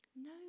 No